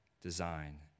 design